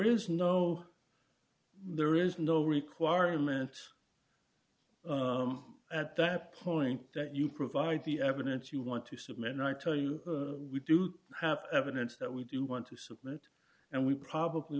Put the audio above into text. is no there is no requirement at that point that you provide the evidence you want to submit and i tell you we do have evidence that we do want to submit and we probably